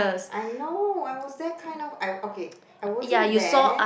I know I was there kind of I okay I wasn't there